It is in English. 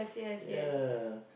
ya